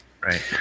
Right